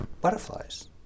butterflies